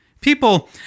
People